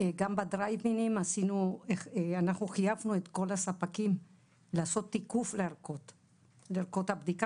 גם בדרייב אינים אנחנו חייבנו את כל הספקים לעשות תיקוף לערכות הבדיקה,